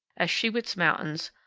as shiwits mountains,